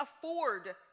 afford